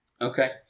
Okay